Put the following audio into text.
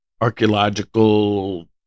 archaeological